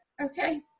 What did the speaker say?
okay